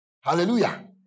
Hallelujah